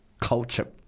culture